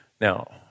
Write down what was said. Now